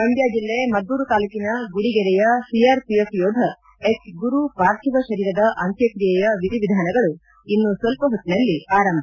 ಮಂಡ್ದ ಜಿಲ್ಲೆ ಮದ್ದೂರು ತಾಲೂಕಿನ ಗುಡಿಗೆರೆಯ ಸಿಆರ್ಪಿಎಫ್ ಯೋಧ ಎಚ್ಗುರು ಪಾರ್ಥಿವ ಶರೀರದ ಅಂತ್ಯಕ್ರಿಯೆಯ ವಿಧಿವಿಧಾನಗಳು ಇನ್ನು ಸ್ವಲ್ಪ ಹೊತ್ತಿನಲ್ಲಿ ಆರಂಭ